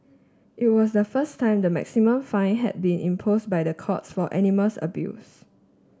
it was the first time the maximum fine had been imposed by the courts for animas abuse